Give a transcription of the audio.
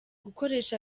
gukoresha